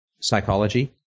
psychology